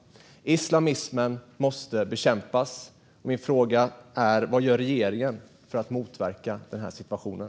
Islamismen måste bekämpas. Vad gör regeringen för att motverka situationen?